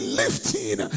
lifting